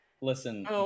Listen